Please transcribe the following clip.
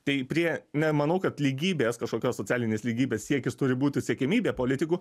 tai prie nemanau kad lygybės kažkokios socialinės lygybės siekis turi būti siekiamybė politikų